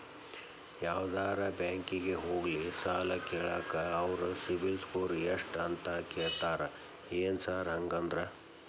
ಯಾವದರಾ ಬ್ಯಾಂಕಿಗೆ ಹೋಗ್ಲಿ ಸಾಲ ಕೇಳಾಕ ಅವ್ರ್ ಸಿಬಿಲ್ ಸ್ಕೋರ್ ಎಷ್ಟ ಅಂತಾ ಕೇಳ್ತಾರ ಏನ್ ಸಾರ್ ಹಂಗಂದ್ರ?